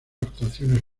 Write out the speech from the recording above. actuaciones